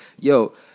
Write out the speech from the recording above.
Yo